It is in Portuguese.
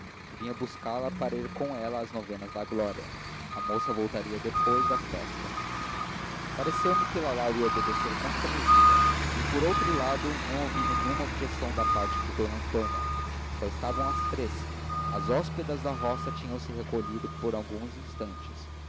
que vinha buscá-la para ir com ela às novenas da glória a moça voltaria depois da festa pareceu-me que lalau ia obedecer constrangido e por outro lado não ouvi nenhuma objeção da parte de d antônia só estavam as três as hóspedas da roga tinham-se recolhido por alguns instantes